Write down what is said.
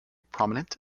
prominent